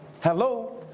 Hello